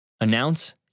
Announce